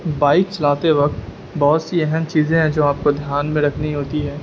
bike چلاتے وقت بہت سی اہم چیزیں ہیں جو آپ کو دھیان میں رکھنی ہوتی ہے